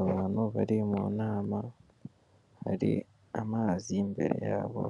Abantu bari mu nama, hari amazi imbere yabo